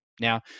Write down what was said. Now